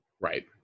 Right